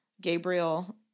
Gabriel